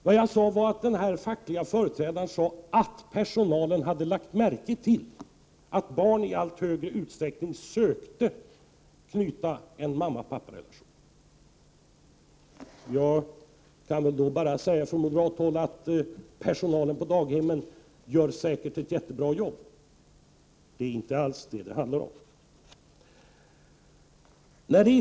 Jag talade om att den fackliga företrädaren hade sagt att personalen lagt märke till att barn i allt högre utsträckning sökte knyta en mamma-pappar-relation. Från moderat håll kan jag då bara säga att personalen på daghemmen säkert gör ett jättebra jobb. Det handlar inte alls om det.